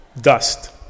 dust